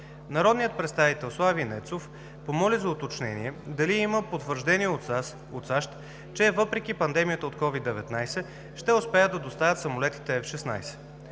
Народният представител Слави Нецов помоли за уточнение дали има потвърждение от САЩ, че въпреки пандемията от COVID-19 ще успеят да доставят самолетите F-16?